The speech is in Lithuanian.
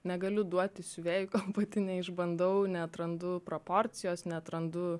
negaliu duoti siuvėjui pati kol neišbandau neatrandu proporcijos neatrandu